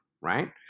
right